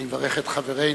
אני מברך את חברנו,